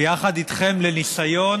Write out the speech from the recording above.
יחד איתכם לניסיון